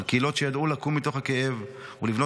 בקהילות שידעו לקום מתוך הכאב ולבנות